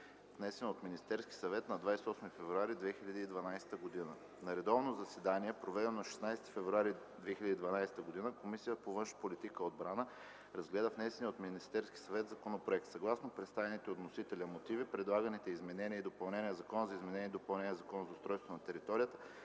внесен от Министерския съвет на 8 февруари 2012 г. На редовно заседание, проведено на 16 февруари 2012 г., Комисията по външна политика и отбрана разгледа внесения от Министерския съвет законопроект. Съгласно представените от вносителя мотиви, предлаганите изменения и допълнения в Закона за изменение и допълнение на Закона за устройство на територията